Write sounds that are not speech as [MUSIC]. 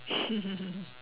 [LAUGHS]